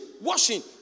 washing